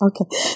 okay